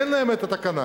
אין להם תקנה.